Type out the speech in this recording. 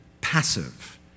passive